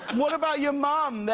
what about your mom?